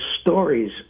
stories